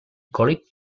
college